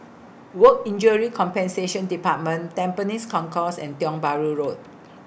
Work Injury Compensation department Tampines Concourse and Tiong Bahru Road